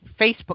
Facebook